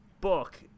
book